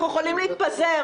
אנחנו יכולים להתפזר.